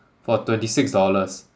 for twenty six dollars